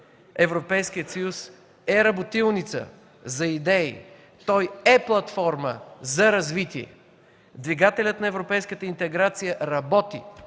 Европейският съюз е работилница за идеи. Той е платформа за развитие. Двигателят на европейската интеграция работи.